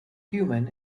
human